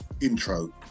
intro